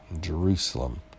Jerusalem